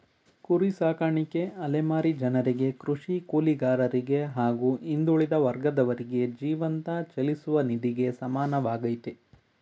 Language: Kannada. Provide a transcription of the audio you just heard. ಕುರಿ ಸಾಕಾಣಿಕೆ ಅಲೆಮಾರಿ ಜನರಿಗೆ ಕೃಷಿ ಕೂಲಿಗಾರರಿಗೆ ಹಾಗೂ ಹಿಂದುಳಿದ ವರ್ಗದವರಿಗೆ ಜೀವಂತ ಚಲಿಸುವ ನಿಧಿಗೆ ಸಮಾನವಾಗಯ್ತೆ